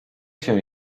się